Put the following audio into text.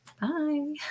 Bye